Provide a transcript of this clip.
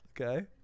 Okay